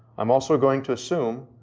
i'm also going to assume,